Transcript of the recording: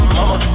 Mama